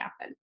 happen